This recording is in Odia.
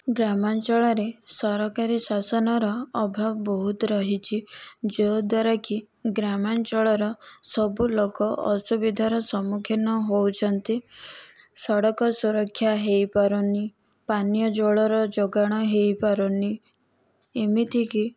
ଗ୍ରାମାଞ୍ଚଳ ରେ ସରକାରୀ ଶାସନର ଅଭାବ ବହୁତ ରହିଛି ଯେଉଁ ଦ୍ୱାରା କି ଗ୍ରାମାଞ୍ଚଳ ସବୁ ଲୋକ ଅସୁବିଧା ର ସମ୍ମୁଖୀନ ହେଉଛନ୍ତି ସଡ଼କ ସୁରକ୍ଷା ହୋଇପାରୁନି ପାନୀୟ ଜଳ ର ଯୋଗାଣ ହୋଇପାରୁନି ଏମିତି କି